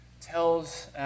tells